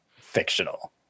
fictional